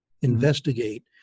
Investigate